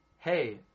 Hey